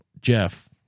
Jeff